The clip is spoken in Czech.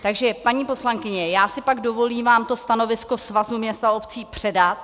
Takže paní poslankyně, já si pak dovolím vám to stanovisko Svazu měst a obcí předat.